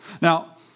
Now